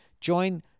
join